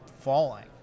falling